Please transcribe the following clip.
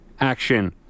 Action